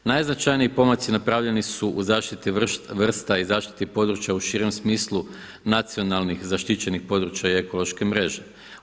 Najznačajniji pomaci napravljeni su u zaštiti vrsta i zaštiti područja u širem smislu nacionalnih zaštićenih područja i ekološke mreže.